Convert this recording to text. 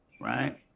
right